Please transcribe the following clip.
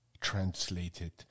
Translated